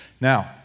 Now